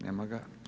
Nema ga.